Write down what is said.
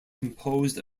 composed